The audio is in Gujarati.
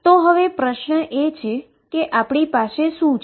તો હવે પ્રશ્ન એ છે કે આપણી પાસે શું છે